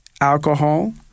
alcohol